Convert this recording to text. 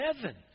heaven